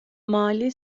mali